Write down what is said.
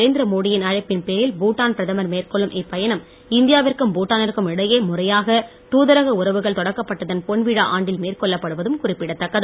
நரேந்திரமோடி யின் அழைப்பின் பேரில் பூட்டான் பிரதமர் மேற்கொள்ளும் இப்பயணம் இந்தியாவிற்கும் பூட்டானிற்கும் இடையே முறையாக தூதரக உறவுகள் தொடக்கப்பட்டதன் பொன்விழா ஆண்டில் மேற்கொள்ளப்படுவதும் குறிப்பிடத்தக்கது